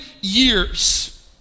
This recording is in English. years